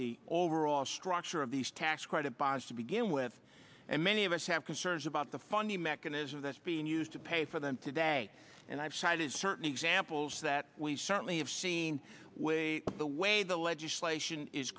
the overall structure of these tax credit bonds to begin with and many of us have concerns about the funding mechanism that's being used to pay for them today and i've cited certain examples that we certainly have seen with the way the legislation is